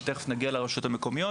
ותכף נגיע לרשויות המקומיות